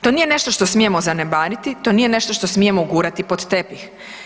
To nije nešto što smijemo zanemariti, to nije nešto što smijemo gurati pod tepih.